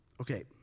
Okay